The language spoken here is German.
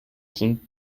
sind